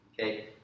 okay